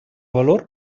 valor